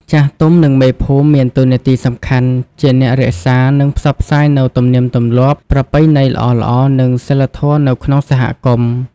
ចាស់ទុំ និងមេភូមិមានតួនាទីសំខាន់ជាអ្នករក្សា និងផ្សព្វផ្សាយនូវទំនៀមទម្លាប់ ប្រពៃណីល្អៗ និងសីលធម៌នៅក្នុងសហគមន៍។